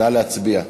נא להצביע.